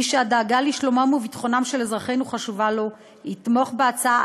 מי שהדאגה לשלומם ולביטחונם של אזרחינו חשובה לו יתמוך בהצעה,